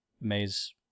maze